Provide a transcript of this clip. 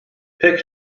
pek